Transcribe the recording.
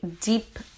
deep